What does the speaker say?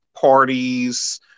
parties